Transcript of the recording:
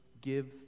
give